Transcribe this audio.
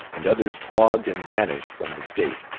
and others flogged and banished from the state.